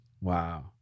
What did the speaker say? Wow